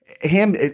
ham